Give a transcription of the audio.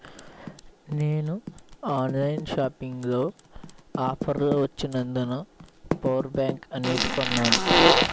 నేను ఆన్లైన్ షాపింగ్లో ఆఫర్లు వచ్చినందున పవర్ బ్యాంక్ అనేది కొన్నాను